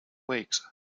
weeks